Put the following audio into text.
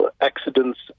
accidents